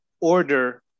order